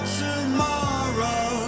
tomorrow